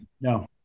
No